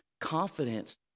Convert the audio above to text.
confidence